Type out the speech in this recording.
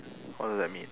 what does that mean